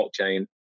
blockchain